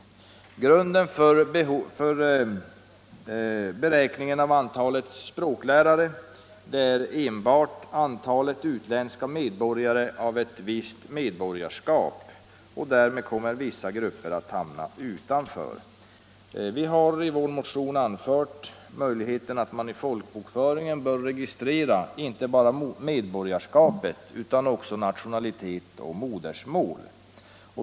Den nuvarande grunden för beräkningen av antalet språklärare är enbart antalet utländska medborgare av ett visst medborgarskap och därför kommer vissa grupper att hamna utanför. Vi har i vår motion anfört möjligheten att man i folkbokföringen registrerar inte bara medborgarskapet utan också nationalitet och modersmål.